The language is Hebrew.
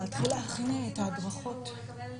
לגבי הנושא של הקנס המינהלי,